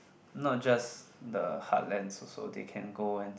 not just the heartlands also they can go and